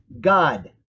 God